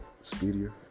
speedier